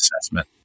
assessment